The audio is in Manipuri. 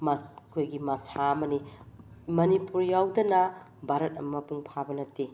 ꯑꯩꯈꯣꯏꯒꯤ ꯃꯁꯥ ꯑꯃꯅꯤ ꯃꯅꯤꯄꯨꯔ ꯌꯥꯎꯗꯅ ꯚꯥꯔꯠ ꯑꯃ ꯃꯄꯨꯡ ꯐꯥꯕ ꯅꯠꯇꯦ